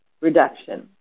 reduction